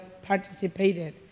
participated